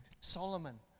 Solomon